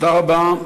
תודה רבה.